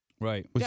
Right